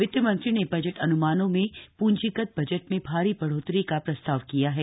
वित्तमंत्री ने बजट अन्मानों में पूंजीगत बजट में भारी बढ़ोतरी का प्रस्ताव किया है